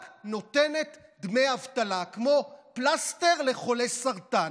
רק נותנת דמי אבטלה כמו פלסטר לחולי סרטן.